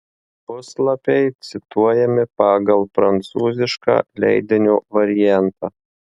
puslapiai cituojami pagal prancūzišką leidinio variantą